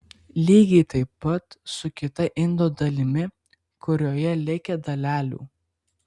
lygiai taip pat su kita indo dalimi kurioje likę dalelių